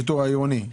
השיטור העירוני?